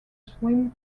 swim